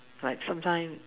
like sometime